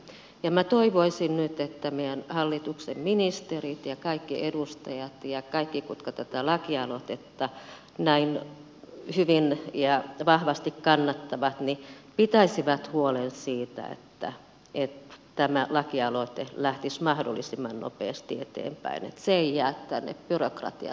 minä toivoisin nyt että meidän hallituksemme ministerit ja kaikki edustajat ja kaikki jotka tätä lakialoitetta näin hyvin ja vahvasti kannattavat pitäisivät huolen siitä että tämä lakialoite lähtisi mahdollisimman nopeasti eteenpäin että se ei jää tänne byrokratian rattaisiin